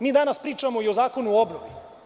Mi danas pričamo i o Zakonu o obnovi.